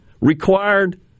required